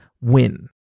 win